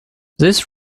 this